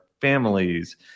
families